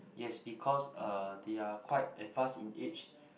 yes because uh they are quite advanced in age